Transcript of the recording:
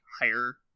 higher